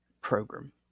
program